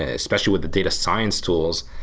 ah especially with the data science tools,